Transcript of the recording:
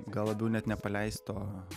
gal labiau net ne paleist o